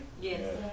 Yes